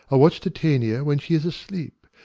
i'll watch titania when she is asleep,